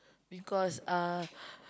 because uh